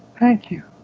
thank you